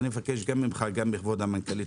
אני מבקש גם ממך וגם מכבוד המנכ"לית